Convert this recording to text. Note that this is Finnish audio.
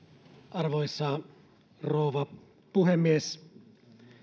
arvoisa rouva puhemies